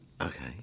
Okay